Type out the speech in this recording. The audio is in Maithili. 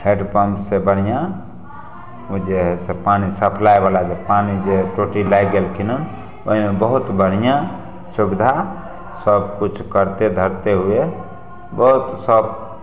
हैण्डपम्प से बढ़िऑं ओ जे है से पानि सप्लाय बला जे पानि जे टोटी लाइगि गेलखिन ओहिमे बहुत बढ़ियाँ सुबिधा सबकिछ करतै धरतै हुवए बहुत सब